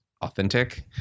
authentic